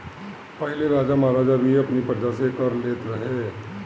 पहिले राजा महाराजा भी अपनी प्रजा से कर लेत रहे